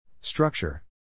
Structure